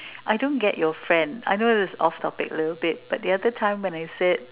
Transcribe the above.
I don't get your friend I know this is off topic a little bit but the other time I said